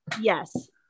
Yes